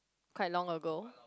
quite long ago